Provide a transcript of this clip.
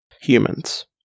Humans